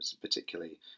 particularly